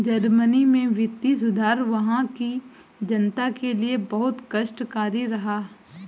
Germany में वित्तीय सुधार वहां की जनता के लिए बहुत कष्टकारी रहा